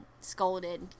scolded